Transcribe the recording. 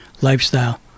lifestyle